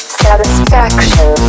satisfaction